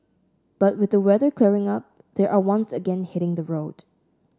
but with the weather clearing up they are once again hitting the road